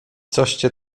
coście